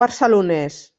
barcelonès